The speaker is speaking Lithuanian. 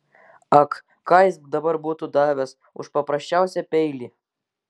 ak ką jis dabar būtų davęs už paprasčiausią peilį